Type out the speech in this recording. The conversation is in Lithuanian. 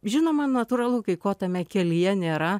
žinoma natūralu kai ko tame kelyje nėra